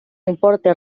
importe